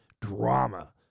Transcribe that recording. drama